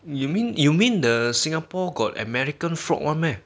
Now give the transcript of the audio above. you mean you mean the singapore got american frog one meh